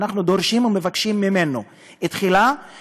אנחנו דורשים ומבקשים ממנו תחילה,